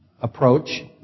approach